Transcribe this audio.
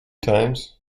times